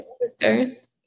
Sisters